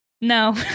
No